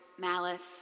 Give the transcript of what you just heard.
malice